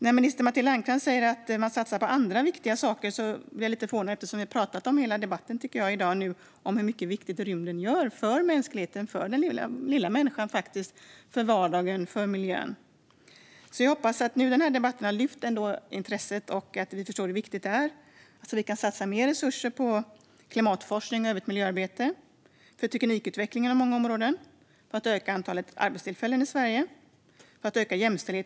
När minister Matilda Ernkrans säger att man satsar på andra viktiga saker blir jag lite förvånad, eftersom vi under hela debatten har pratat om hur mycket viktigt rymden gör för mänskligheten, för den lilla människan, för vardagen och för miljön. Jag hoppas att den här debatten har lyft intresset och att vi förstår hur viktigt detta är, så att vi kan satsa mer resurser på klimatforskning och övrigt miljöarbete och på teknikutveckling på många områden för att öka antalet arbetstillfällen i Sverige.